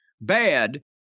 bad